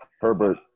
Herbert